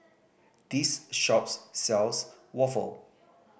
this shops sells waffle